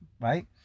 right